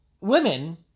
women